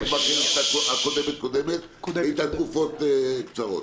בכנסת הקודמת-קודמת שנמשכה תקופה קצרה,